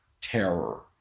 terror